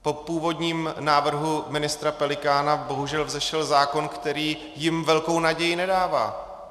Po původním návrhu ministra Pelikána bohužel vzešel zákon, který jim velkou naději nedává.